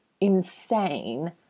insane